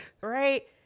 right